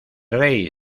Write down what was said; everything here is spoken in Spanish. rey